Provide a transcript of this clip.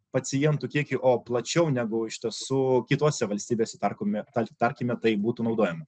pacientų kiekiui o plačiau negu iš tiesų kitose valstybėse tarkomi tar tarkime tai būtų naudojama